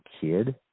kid